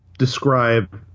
Describe